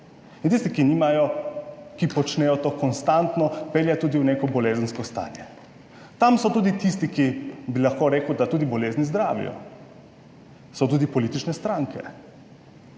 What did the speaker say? ki nimajo, ki počnejo to konstantno, pelje tudi v neko bolezensko stanje. Tam so tudi tisti, ki, bi lahko rekel, da tudi bolezni zdravijo, so tudi politične stranke.